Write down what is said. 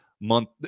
month